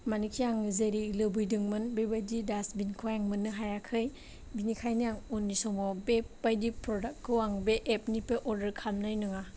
मानिखि आङो जेरै लुबैदोंमोन बेबायदि दासबिनखौहाय मोन्नो हायाखै बिनिखायनो आं उननि समाव बेबायदि प्रदाकखौ आं बे एपनिफ्राय अरदार खालामनाय नोङा